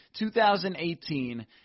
2018